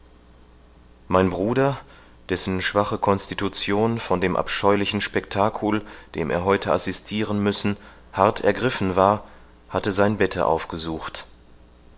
mein bruder dessen schwache constitution von dem abscheulichen spectacul dem er heute assistiren müssen hart ergriffen war hatte sein bette aufgesucht